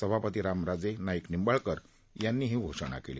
सभापती रामराजे नाईक निंबाळकर यांनी ही घोषणा केली